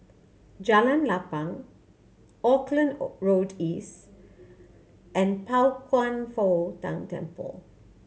Jalan Lapang Auckland O Road East and Pao Kwan Foh Tang Temple